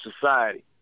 society